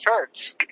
church